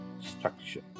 structure